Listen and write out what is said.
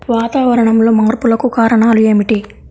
వాతావరణంలో మార్పులకు కారణాలు ఏమిటి?